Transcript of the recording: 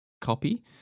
copy